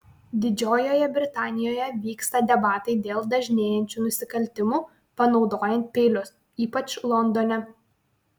didžiojoje britanijoje vyksta debatai dėl dažnėjančių nusikaltimų panaudojant peilius ypač londone